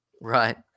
Right